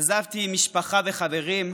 עזבתי משפחה וחברים,